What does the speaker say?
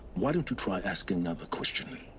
why don't you try asking another question?